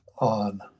on